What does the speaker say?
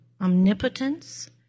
omnipotence